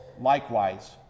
likewise